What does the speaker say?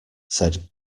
said